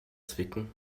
zwicken